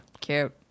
cute